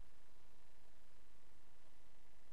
סוף